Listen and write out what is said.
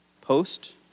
post